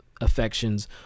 affections